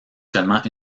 seulement